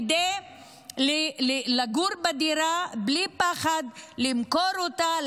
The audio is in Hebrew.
כדי לגור בדירה בלי פחד ולמכור אותה,